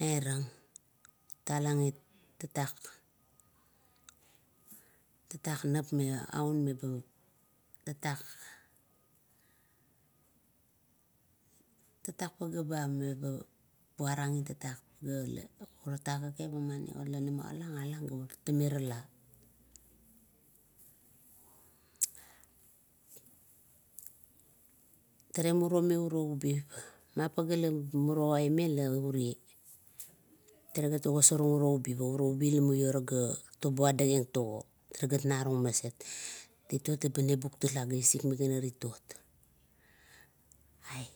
Nairang talang it tatak, tatak naep meaun meba, tatak, tatak, pagea ba meba buarang oruo tatak kekep, alang, alang ga ramerala. Tale muro me uro ubi, ma pagea la muro aime laure, tale gat ogesora uro ubi, pa uro ubi la toboadagang tago, talegan narung maset. Titot leba nebuk tala gaisik magana ritiot. Ai